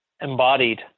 embodied